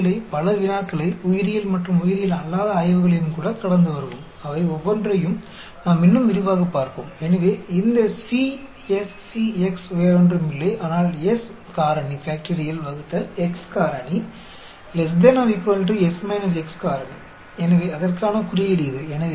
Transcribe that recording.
इसलिए S factorial numerators में denominator में x फैक्टोरियल और S x फैक्टोरियल होगा